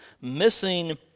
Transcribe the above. missing